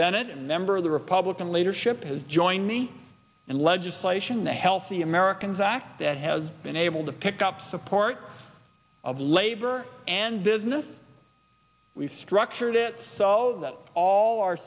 bennett and member of the republican leadership has joined me and legislation the healthy americans act that has been able to pick up support of labor and business we've structured it so that all our